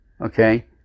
Okay